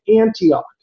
Antioch